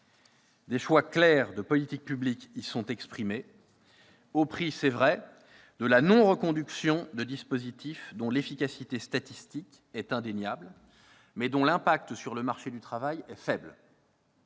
Des choix clairs de politique publique y sont exprimés, au prix, il est vrai, de la non-reconduction de dispositifs dont l'efficacité statistique est indéniable, mais dont l'impact sur le marché du travail est faible.